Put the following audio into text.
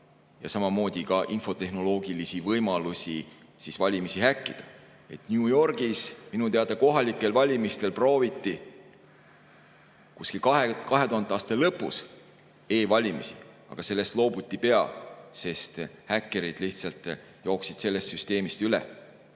ja samamoodi ka infotehnoloogilisi võimalusi valimisi häkkida. New Yorgis minu teada kohalikel valimistel prooviti kuskil 2000. aasta lõpus e-valimisi, aga sellest loobuti pea, sest häkkerid lihtsalt jooksid sellest süsteemist üle.